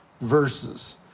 verses